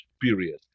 period